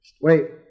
Wait